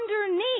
underneath